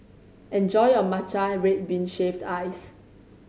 enjoy your matcha red bean shaved ice